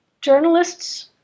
Journalists